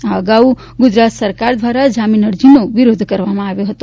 આ અગાઉ ગુજરાત સરકાર દ્વારા જામીન અરજીનો વિરોધ કરવામાં આવ્યો હતો